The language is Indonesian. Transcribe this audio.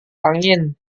angin